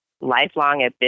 lifelong